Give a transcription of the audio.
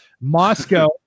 moscow